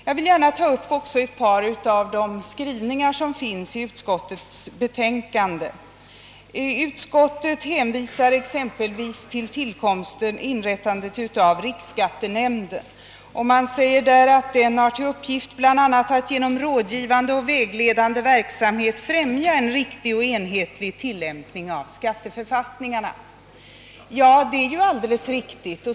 Jag vill gärna ta upp ett par av utskottets skrivningar. Utskottet hänvisar exempelvis till inrättandet av riksskattenämnden och framhåller, att denna bl.a. har till uppgift att genom rådgivande och vägledande verksamhet främja en riktig och enhetlig tillämpning av skatteförfattningarna. Detta är alldeles riktigt.